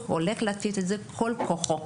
הולך להפעיל את כל כוחו,